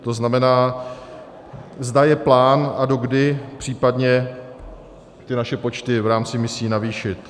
To znamená, zda je plán a dokdy případně ty naše počty v rámci misí navýšit.